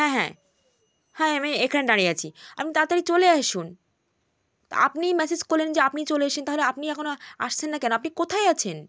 হ্যাঁ হ্যাঁ হ্যাঁ আমি এখানে দাঁড়িয়ে আছি আপনি তাড়াতাড়ি চলে আসুন আপনিই ম্যাসেজ করলেন যে আপনি চলে এসেছেন তাহলে আপনি এখনও আসছেন না কেন আপনি কোথায় আছেন